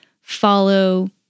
follow